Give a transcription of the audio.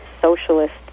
Socialist